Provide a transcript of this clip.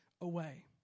away